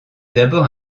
d’abord